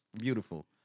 beautiful